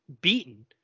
beaten